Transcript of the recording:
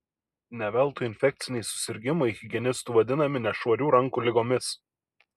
ne veltui infekciniai susirgimai higienistų vadinami nešvarių rankų ligomis